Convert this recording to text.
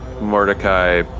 Mordecai